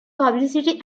publicly